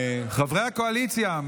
סליחה, חברי קואליציה.